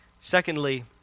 Secondly